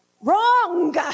Wrong